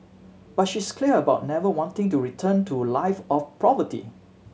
but she's clear about never wanting to return to a life of poverty